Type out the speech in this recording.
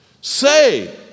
Say